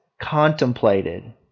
contemplated